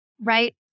Right